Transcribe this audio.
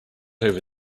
over